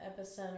Epicenter